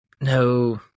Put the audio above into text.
no